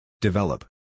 Develop